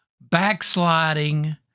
backsliding